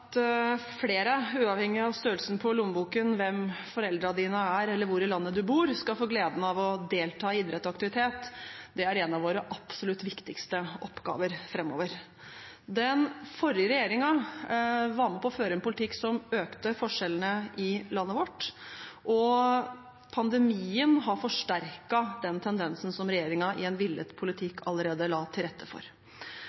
eller hvor i landet du bor – skal få gleden av å delta i idrett og aktivitet, er en av våre absolutt viktigste oppgaver framover. Den forrige regjeringen var med på å føre en politikk som økte forskjellene i landet vårt, og pandemien har forsterket den tendensen som regjeringen i en villet